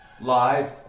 live